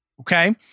okay